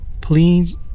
Please